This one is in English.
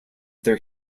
their